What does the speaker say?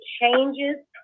changes